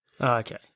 Okay